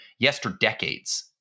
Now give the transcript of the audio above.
yesterdecades